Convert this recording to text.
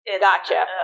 Gotcha